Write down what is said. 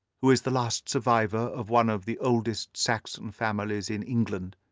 who is the last survivor of one of the oldest saxon families in england,